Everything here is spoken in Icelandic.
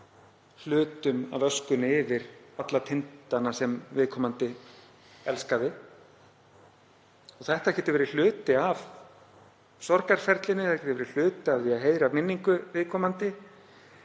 hluta af öskunni yfir alla tindana sem viðkomandi elskaði. Það getur verið hluti af sorgarferlinu, hluti af því að heiðra minningu viðkomandi,